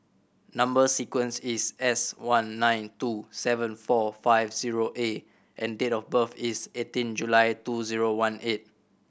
number sequence is S one nine two seven four five zero A and date of birth is eighteen July two zero one eight